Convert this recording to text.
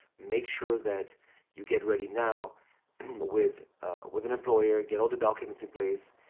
make sure that you get ready now with with an employer, get all the documents in place,